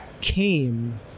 came